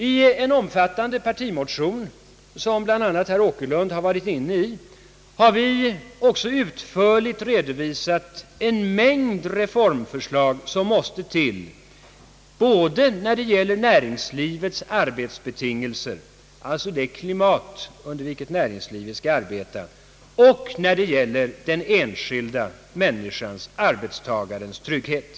I en omfattande partimotion, som bl.a. herr Åkerlund har varit inne på, har vi utförligt redovisat en mängd reformer som måste till både när det gäller näringslivets arbetsbetingelser — alltså det klimat i vilket näringslivet skall arbeta — och när det gäller den enskilda människans, arbetstagarens, trygghet.